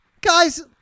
guys